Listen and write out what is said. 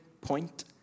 point